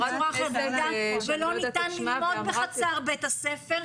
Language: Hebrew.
בחצר בית הספר,